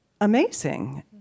amazing